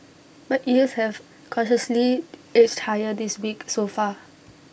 but yields have cautiously edged higher this week so far